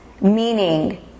meaning